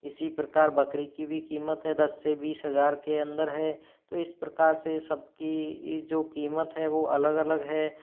इसी प्रकार बकरी की भी कीमत है दस से बीस हज़ार के अंदर है तो इस प्रकार से सब की ये जो कीमत है वो अलग अलग है